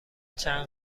چند